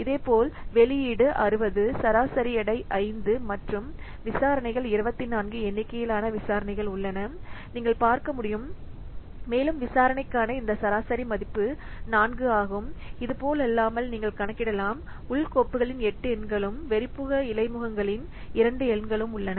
இதேபோல் வெளியீடு 60 சராசரி எடை 5 மற்றும் விசாரணைகள் 24 எண்ணிக்கையிலான விசாரணைகள் உள்ளன நீங்கள் பார்க்க முடியும் மேலும் விசாரணைக்கான இந்த சராசரி மதிப்பு 4 ஆகும் இது போலல்லாமல் நீங்கள் கணக்கிடலாம் உள் கோப்புகளின் 8 எண்களும் வெளிப்புற இடைமுகங்களின் 2 எண்களும் உள்ளன